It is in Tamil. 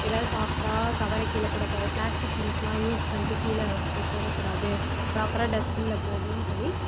ஏதாவது சாப்பிட்டா கவரை கீழே போடக்கூடாது ப்ளாஸ்டிக் திங்க்ஸெல்லாம் யூஸ் பண்ணிட்டு கீழே அப்படியே போடக்கூடாது ப்ராப்பராக டஸ்ட்பினில் போடணுன்னு சொல்லி